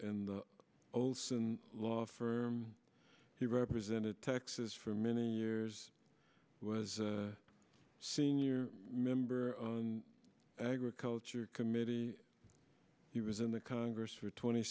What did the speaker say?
and olson law firm he represented texas for many years was senior member of agriculture committee he was in the congress for twenty